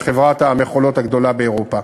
היא חברת המכולות הגדולה באירופה,